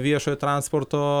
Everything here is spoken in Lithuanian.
viešojo transporto